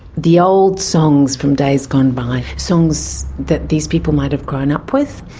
the old songs from days gone by, songs that these people might have grown up with,